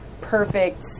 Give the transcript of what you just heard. perfect